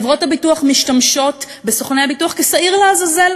חברות הביטוח משתמשות בסוכני הביטוח כשעיר לעזאזל